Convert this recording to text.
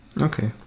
Okay